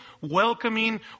welcoming